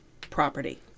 property